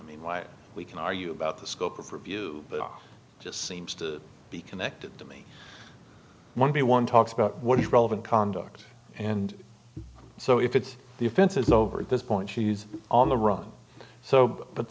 like we can argue about the scope of review it just seems to be connected to me one by one talks about what is relevant conduct and so if its defense is over at this point she's on the run so